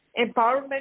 empowerment